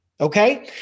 Okay